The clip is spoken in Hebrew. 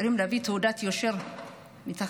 צריך להביא תעודת יושר מהמשטרה.